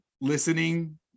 listening